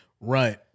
Right